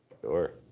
Sure